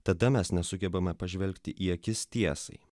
tada mes nesugebame pažvelgti į akis tiesai